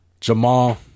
Jamal